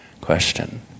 question